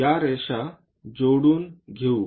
या रेषा जोडून घेऊ